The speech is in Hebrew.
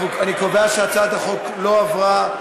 אני קובע שהצעת החוק לא עברה.